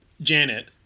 Janet